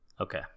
Okay